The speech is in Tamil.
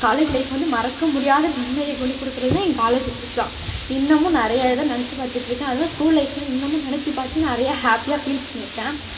காலேஜ் லைஃப் வந்து மறக்கமுடியாத மெமரியை கொண்டு கொடுக்கறதுன்னா எங்கள் காலேஜு லைஃப் தான் இன்னுமும் நிறைய இதை நெனைச்சி பாத்துட்டுருக்கேன் அதெல்லாம் ஸ்கூல் லைஃப்னா இன்னுமும் நெனைச்சி பார்த்து நிறையா ஹாப்பியாக ஃபீல் பண்ணியிருக்கேன்